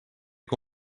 que